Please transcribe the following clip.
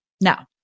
Now